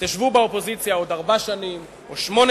תשבו באופוזיציה עוד ארבע שנים או שמונה